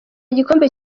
igikombe